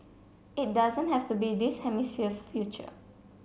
it doesn't have to be this hemisphere's future